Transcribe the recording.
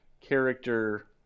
character